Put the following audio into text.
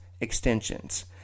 extensions